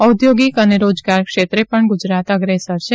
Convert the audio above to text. ઔધોગિક અને રોજગાર ક્ષેત્રે પણ ગુજરાત અગ્રેસર છે